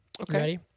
Okay